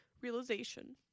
realization